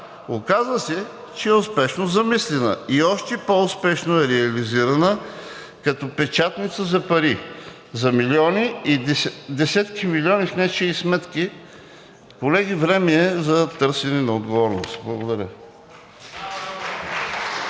оказа се, че е успешно замислена и още по-успешно е реализирана като печатница за пари, за милиони – десетки милиони, в нечии сметки. Колеги, време е за търсене на отговорност. Благодаря.